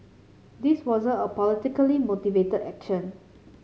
this wasn't a politically motivated action